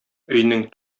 өйнең